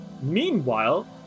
meanwhile